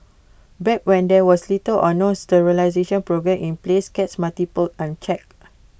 back when there was little or no sterilisation programme in place cats multiplied unchecked